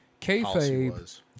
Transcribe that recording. Kayfabe